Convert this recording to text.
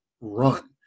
run